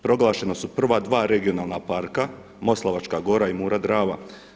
Proglašena su prva dva regionalna parka Moslava gora i Mura-Drava.